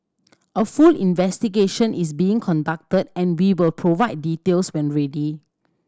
a full investigation is being conducted and we will provide details when ready